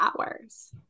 hours